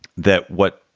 that what?